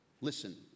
listen